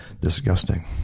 disgusting